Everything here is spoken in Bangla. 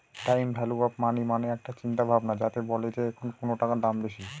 টাইম ভ্যালু অফ মানি মানে একটা চিন্তা ভাবনা যাতে বলে যে এখন কোনো টাকার দাম বেশি